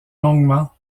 longuement